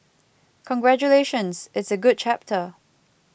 congratulations it's a good chapter